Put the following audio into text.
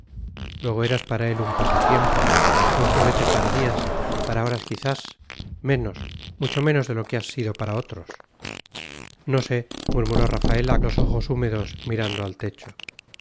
luego eras para él un pasatiempo un juguete para días para horas quizás menos mucho menos de lo que has sido para nosotros no sé murmuró rafaela los ojos húmedos mirando al techo